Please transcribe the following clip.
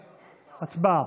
הצבעה.